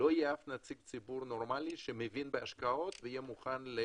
לא יהיה אף נציג ציבור נורמאלי שמבין בהשקעות ויהיה מוכן.